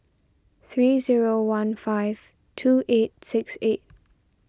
three zero one five two eight six eight